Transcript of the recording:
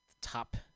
top